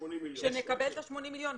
כשנקבל את ה-80 מיליון.